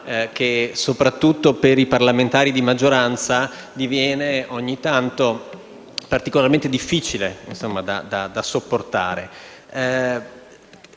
Grazie